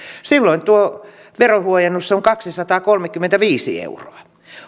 silloin tuo verohuojennus on kaksisataakolmekymmentäviisi euroa